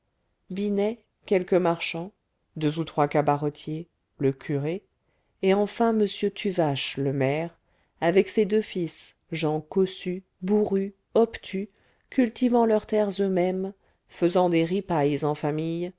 binet quelques marchands deux ou trois cabaretiers le curé et enfin m tuvache le maire avec ses deux fils gens cossus bourrus obtus cultivant leurs terres eux-mêmes faisant des ripailles en famille